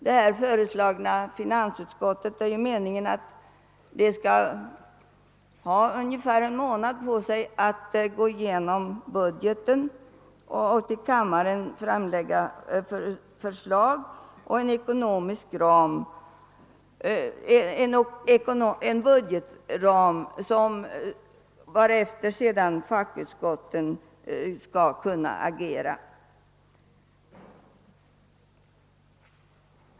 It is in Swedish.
Det är ju meningen att det föreslagna finansutskottet skall ha ungefär en månad på sig för att gå igenom budgeten och för kammaren framlägga förslag om en butgetram, varefter fackutskotten sedan skall kunna agera.